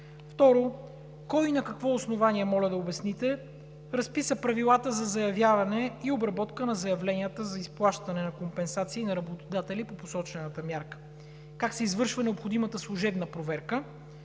Второ, кой и на какво основание, моля да обясните, разписа правилата за заявяване и обработка на заявленията за изплащане на компенсации на работодатели по посочената мярка? Как се извършва необходимата служебна проверка